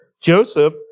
Joseph